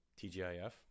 TGIF